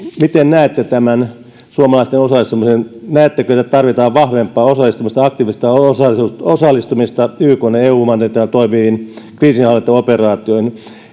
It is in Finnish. miten näette tämän suomalaisten osallistumisen näettekö että tarvitaan vahvempaa osallistumista aktiivista osallistumista osallistumista ykn ja eun mandaatilla toimiviin kriisinhallintaoperaatioihin